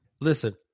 Listen